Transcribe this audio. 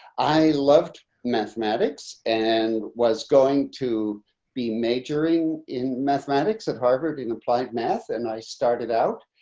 i loved mathematics and was going to be majoring in mathematics at harvard in applied math, and i started out,